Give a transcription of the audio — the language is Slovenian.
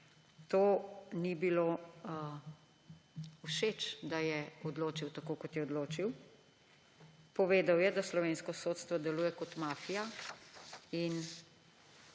to ni bilo, da je odločil tako, kot je odločil. Povedal je, da slovensko sodstvo deluje kot mafija.